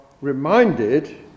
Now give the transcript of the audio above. reminded